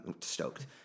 stoked